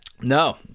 No